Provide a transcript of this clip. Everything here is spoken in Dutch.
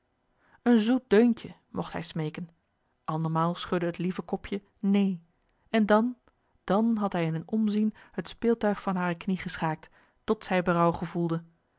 een zoet deuntje mogt hij smeeken andermaal schudde het lieve kopje neen en dan dan had hij in een omzien het speeltuig van hare knie geschaakt tot zij berouw gevoelde